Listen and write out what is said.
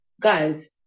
guys